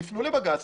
תפנו לבג"ץ,